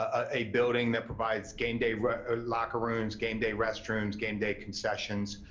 ah a building that provides game day locker rooms, game day restrooms, game day concessions,